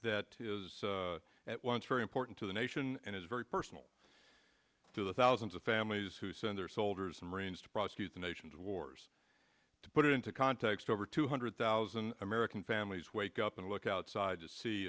that is at once very important to the nation and is very personal to the thousands of families who send their soldiers and marines to prosecute the nation's wars to put it into context over two hundred thousand american families wake up and look outside to see